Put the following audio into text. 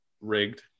Rigged